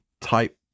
type